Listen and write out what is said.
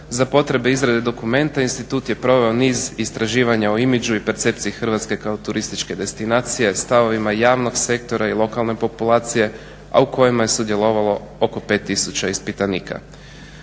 Za potrebe izrade dokumenta institut je proveo niz istraživanja o imidžu i percepciji Hrvatske kao turističke destinacije, stavovima javnog sektora i lokalne populacije a u kojima je sudjelovalo oko 5 tisuća ispitanika.